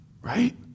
Right